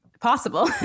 possible